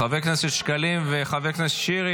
חבר הכנסת שקלים וחבר הכנסת שירי,